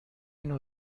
نوع